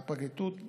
בפרקליטות,